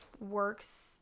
works